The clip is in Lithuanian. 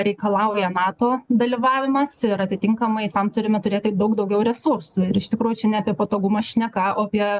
reikalauja nato dalyvavimas ir atitinkamai tam turime turėti daug daugiau resursų ir iš tikrųjų čia ne apie patogumą šneka o apie